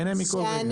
נהנה מכל רגע.